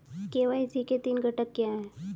KYC के तीन घटक क्या हैं?